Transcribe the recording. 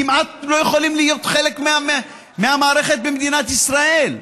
כמעט לא יכולים להיות חלק מהמערכת במדינת ישראל.